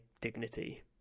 dignity